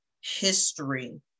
history